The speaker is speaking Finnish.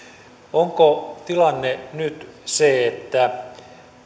onko tilanne nyt se että